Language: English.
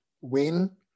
win